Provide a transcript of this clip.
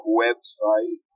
website